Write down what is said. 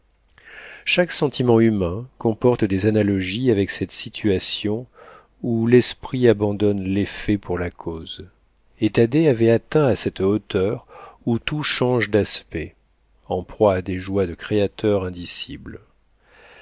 chaque sentiment humain comporte des analogies avec cette situation où l'esprit abandonne l'effet pour la cause et thaddée avait atteint à cette hauteur où tout change d'aspect en proie à des joies de créateur indicibles